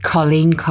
Colleen